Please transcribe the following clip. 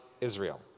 Israel